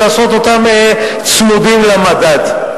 ולעשות אותם צמודים למדד.